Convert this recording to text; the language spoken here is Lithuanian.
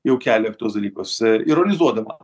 jau kelia tuos dalykus ironizuodama